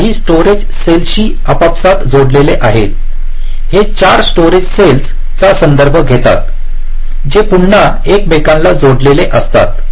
ते काही स्टोरेज सेल्सशी आपापसात जोडलेले आहेत हे 4 स्टोरेज सेल्सचा संदर्भ घेतात जे पुन्हा एकमेकांना जोडलेले असतात